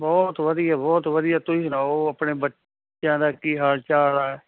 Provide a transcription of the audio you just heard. ਬਹੁਤ ਵਧੀਆ ਬਹੁਤ ਵਧੀਆ ਤੁਸੀਂ ਸੁਣਾਓ ਆਪਣੇ ਬੱਚਿਆਂ ਦਾ ਕੀ ਹਾਲ ਚਾਲ ਹੈ